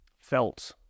felt